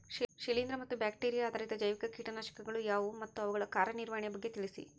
ಶಿಲೇಂದ್ರ ಮತ್ತು ಬ್ಯಾಕ್ಟಿರಿಯಾ ಆಧಾರಿತ ಜೈವಿಕ ಕೇಟನಾಶಕಗಳು ಯಾವುವು ಮತ್ತು ಅವುಗಳ ಕಾರ್ಯನಿರ್ವಹಣೆಯ ಬಗ್ಗೆ ತಿಳಿಸಿ?